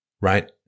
Right